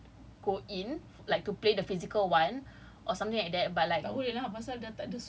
okay I'm not sure whether they cannot go in like to play the physical [one] or something like that but like